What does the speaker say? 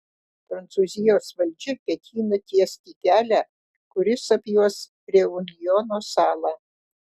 prancūzijos valdžia ketina tiesti kelią kuris apjuos reunjono salą